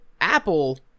Apple